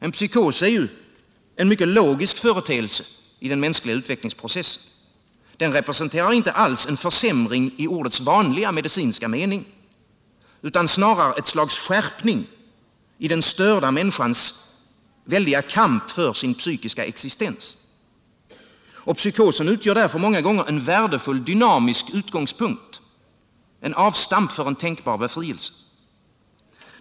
En psykos är en mycket logisk företeelse i den mänskliga utvecklingsprocessen. Den representerar inte alls en försämring i ordets vanliga medicinska mening utan snarare ett slags skärpning i den störda människans väldiga kamp för sin psykiska existens. Psykosen utjämnar därför många gånger en värdefull dynamisk utgångspunkt, ett avstamp för en tänkbar befrielse.